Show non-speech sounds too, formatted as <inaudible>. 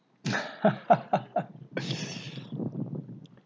<laughs>